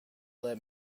let